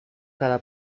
cada